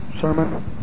sermon